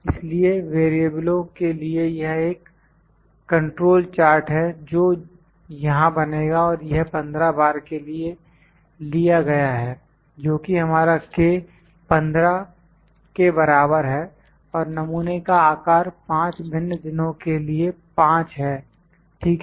इसलिए वेरिएबलो के लिए यह एक कंट्रोल चार्ट है जो यहां बनेगा और यह 15 बार के लिए लिया गया है जोकि हमारा k 15 के बराबर है और नमूने का आकार 5 भिन्न दिनों के लिए 5 है ठीक है